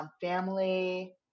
family